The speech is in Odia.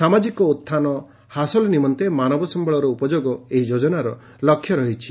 ସାମାଜିକ ଉତ୍ଥାନ ହାସଲ ନିମନ୍ତେ ମାନବ ସମ୍ଭଳର ଉପଯୋଗ ଏହି ଯୋଜନାର ଲକ୍ଷ୍ୟ ରହିଛି